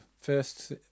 first